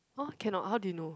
!huh! cannot how do you know